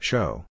Show